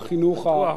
הוא רק דיבר על חינוך,